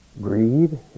greed